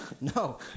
No